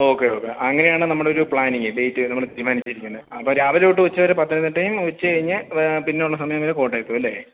okay okay അങ്ങനെയാണ് നമ്മുടെയൊരു planning date നമ്മൾ തിരുമാനിച്ചിരിക്കുന്നത് അപ്പോൾ രാവിലെ തൊട്ട് ഉച്ചവരെ പത്തനംതിട്ടയും ഉച്ചകഴിഞ്ഞ് പിന്നെയുള്ള സമയങ്ങളിൽ കോട്ടയത്തും അല്ലേ